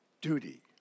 Duty